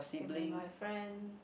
can be my friend